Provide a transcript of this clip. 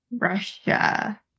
Russia